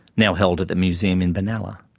now held at the museum in benalla,